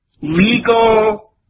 legal